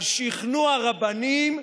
על שכנוע הרבנים,